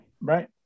right